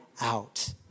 out